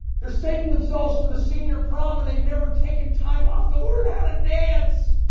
they're saving themselves for the senior prom and they've never taken time off to learn how to dance.